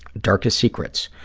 darkest secrets.